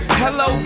hello